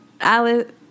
alice